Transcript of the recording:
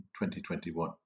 2021